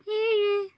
ഏഴ്